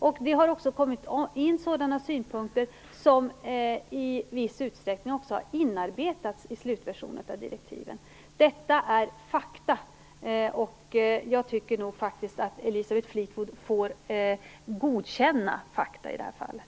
Det har också kommit in sådana synpunkter, som i viss utsträckning har inarbetats i slutversionen av direktiven. Detta är fakta, och jag tycker faktiskt att Elisabeth Fleetwood får godkänna fakta i det här fallet.